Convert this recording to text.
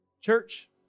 Church